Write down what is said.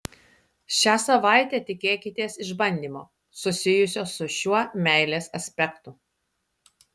šią savaitę tikėkitės išbandymo susijusio su šiuo meilės aspektu